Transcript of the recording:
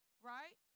right